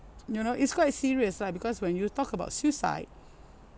you know it's quite serious lah because when you talk about suicide